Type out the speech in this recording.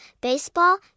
baseball